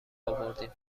آوردین